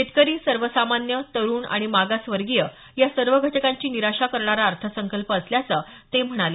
शेतकरी सर्वसामान्य तरुण आणि मागासवर्गीय या सर्व घटकांची निराशा करणारा अर्थसंकल्प असल्याचं ते म्हणाले